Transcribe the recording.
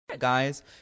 Guys